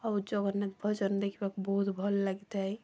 ଆଉ ଜଗନ୍ନାଥ ଭଜନ ଦେଖିବାକୁ ବହୁତ ଭଲ ଲାଗିଥାଏ